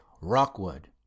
Rockwood